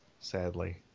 Sadly